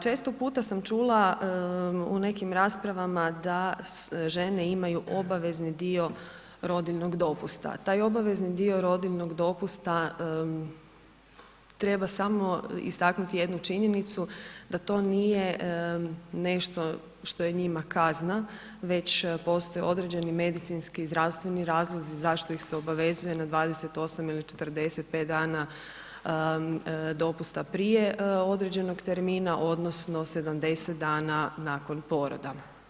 Često puta sam čula u nekim raspravama da žene imaju obavezni dio rodiljnog dopusta, taj obavezni dio rodiljnog dopusta treba samo istaknuti jednu činjenicu da to nije nešto što je njima kazna, već postoje određeni medicinski i zdravstveni razlozi zašto ih se obavezuje na 28 ili 45 dana dopusta prije određenog termina odnosno 70 dana nakon poroda.